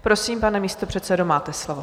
Prosím, pane místopředsedo, máte slovo.